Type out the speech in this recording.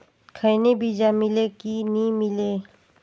खैनी बिजा मिले कि नी मिले?